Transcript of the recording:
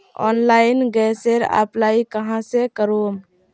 Online गैसेर apply कहाँ से करूम?